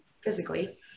physically